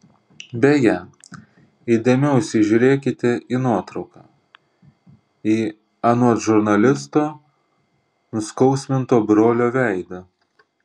beje įdėmiau įsižiūrėkite į nuotrauką į anot žurnalisto nuskausminto brolio veidą